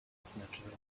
odznaczyłem